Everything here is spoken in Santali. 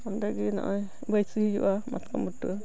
ᱚᱸᱰᱮ ᱱᱚᱜᱼᱚᱭ ᱵᱟᱹᱭᱥᱤ ᱦᱩᱭᱩᱜᱼᱟ ᱢᱟᱛᱠᱚᱢ ᱵᱩᱴᱟᱹ